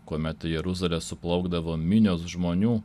kuomet į jeruzalę suplaukdavo minios žmonių